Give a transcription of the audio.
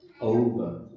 over